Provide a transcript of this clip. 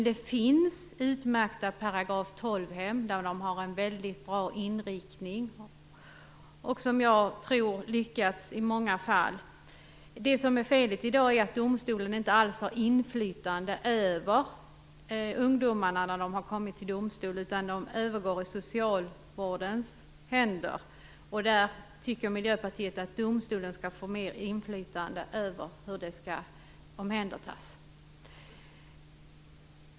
Det finns dock utmärkta paragraf 12-hem där inriktningen är väldigt bra och där jag tror att man lyckats i många fall. Det som är felet i dag är att domstolen inte alls har inflytande över ungdomarna när de har kommit till domstol. De övergår i socialvårdens händer. Miljöpartiet tycker att domstolarna skall få mer inflytande över hur omhändertagandena skall gå till.